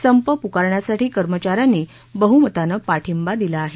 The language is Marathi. संप पुकारण्यासाठी कर्मचाऱ्यांनी बहुमतानं पाठिंबा दिला आहे